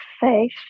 faith